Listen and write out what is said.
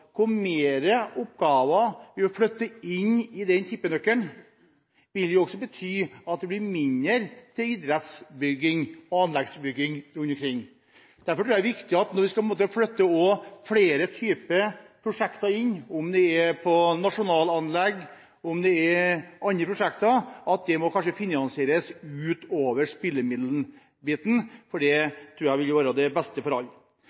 inn i tippenøkkelen, vil det bety at det blir mindre til anleggsbygging rundt omkring. Derfor tror jeg det er viktig at når vi flytter flere typer prosjekter inn, om det er nasjonalanlegg eller andre prosjekter, må det finansieres utover spillemidlene. Det tror jeg vil være det beste for